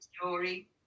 story